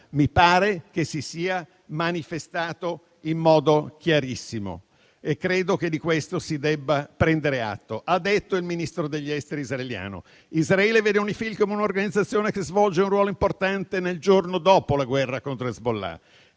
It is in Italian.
mi pare che si sia manifestato in modo chiarissimo. E credo che di questo si debba prendere atto. Il Ministro degli esteri israeliano ha detto: «Israele vede UNIFIL come un'organizzazione che svolge un ruolo importante nel giorno dopo la guerra contro Hezbollah.